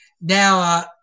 now